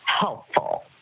helpful